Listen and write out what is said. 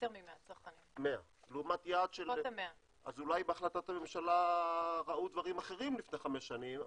אז אולי בהחלטת הממשלה ראו דברים אחרים לפני חמש שנים.